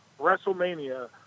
WrestleMania